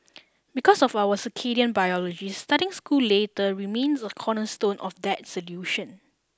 because of our circadian biology starting school later remains a cornerstone of that solution